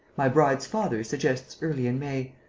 my bride's father suggests early in may.